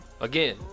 Again